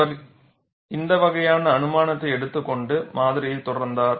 அவர் இந்த வகையான அனுமானத்தை எடுத்துக் கொண்டு மாதிரியை தொடர்ந்தார்